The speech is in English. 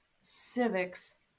civics